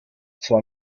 zwar